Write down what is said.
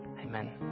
Amen